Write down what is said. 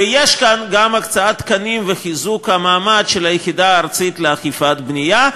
ויש כאן גם הקצאת תקנים וחיזוק המעמד של היחידה הארצית לאכיפת בנייה,